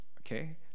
Okay